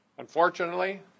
Unfortunately